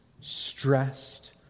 stressed